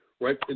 Right